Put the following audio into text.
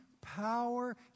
power